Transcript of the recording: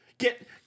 get